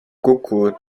kuku